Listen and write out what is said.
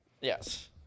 Yes